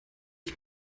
ich